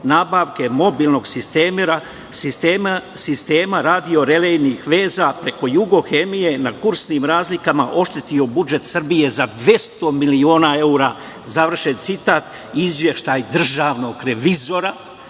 nabavke mobilnog sistema radio relejnih veza preko „Jugohemije“, na kursnim razlikama oštetio budžet Srbije za 200 miliona evra, završen citat, izveštaj Državnog revizora